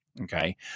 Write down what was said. Okay